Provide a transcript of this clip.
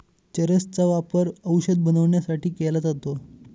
चरस चा वापर औषध बनवण्यासाठी केला जातो